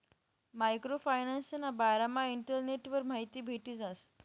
micro फायनान्सना बारामा इंटरनेटवर माहिती भेटी जास